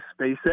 SpaceX